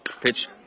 Pitch